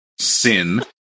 sin